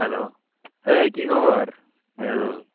hello hey কি খবৰ মৃদুল